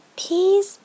peas